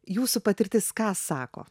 jūsų patirtis ką sako